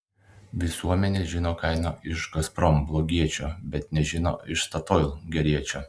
visuomenė žino kainą iš gazprom blogiečio bet nežino iš statoil geriečio